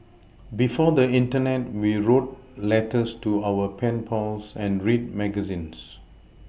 before the Internet we wrote letters to our pen pals and read magazines